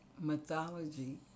mythology